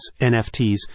NFTs